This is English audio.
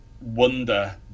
wonder